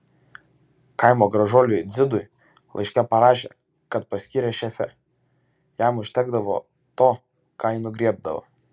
kaimo gražuoliui dzidui laiške parašė kad paskyrė šefe jam užtekdavo to ką ji nugriebdavo